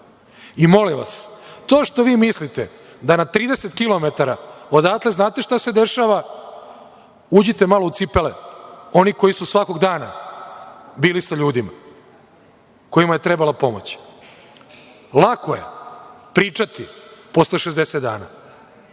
vas, to što vi mislite da na 30 kilometara odatle znate šta se dešava, uđite malo u cipele onih koji su svakog dana bili sa ljudima kojima je trebala pomoć. Lako je pričati posle 60 dana.